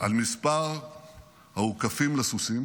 על מספר האוכפים לסוסים